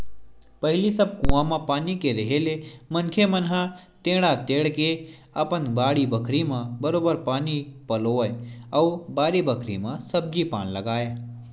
पहिली सब कुआं म पानी के रेहे ले मनखे मन ह टेंड़ा टेंड़ के अपन बाड़ी बखरी म बरोबर पानी पलोवय अउ बारी बखरी म सब्जी पान लगाय